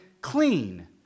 clean